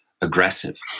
aggressive